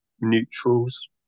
neutrals